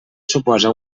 suposa